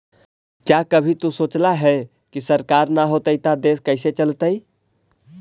क्या कभी तु सोचला है, की सरकार ना होतई ता देश कैसे चलतइ